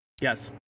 Yes